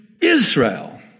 Israel